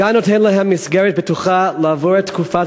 הגן נותן להם מסגרת בטוחה לעבור את תקופת